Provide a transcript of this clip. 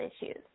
issues